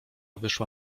wyszła